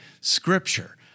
scripture